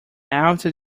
after